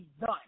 done